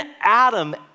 Adam